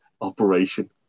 operation